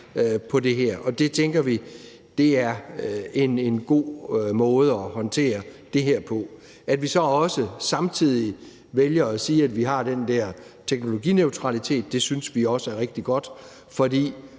på det her, og det tænker vi er en god måde at håndtere det her på. At vi så også samtidig vælger at sige, at vi har den her teknologineutralitet, synes vi også er rigtig godt, fordi